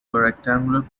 rectangular